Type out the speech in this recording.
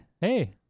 Hey